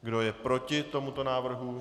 Kdo je proti tomuto návrhu?